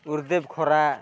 ଗୁରୁଦେବ ଖରା